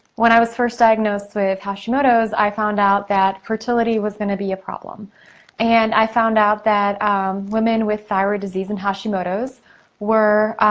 when i was first diagnosed with hashimoto's, i found out that fertility was gonna be a problem and i found out that women with thyroid disease and hashimoto's were